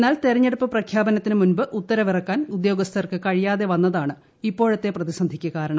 എന്നാൽ തിരഞ്ഞെടുപ്പു പ്രഖ്യാപനത്തിനുമുമ്പ് ഉത്തരവിറക്കാൻ ഉദ്യോഗസ്ഥർക്ക് കഴിയാതെ വന്നതാണ് ഇപ്പോഴത്തെ പ്രതിസന്ധിക്ക് കാരണം